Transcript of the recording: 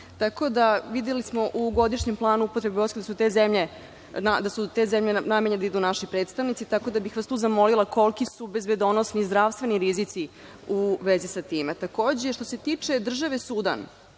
tamo. Tako da, videli smo u godišnjem planu upotrebe vojske da su te zemlje namenjene da idu naši predstavnici, tako da bih vas tu zamolila, koliki su bezbednosni zdravstveni rizici u vezi sa tim. Takođe, što se tiče države Sudan,